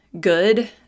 good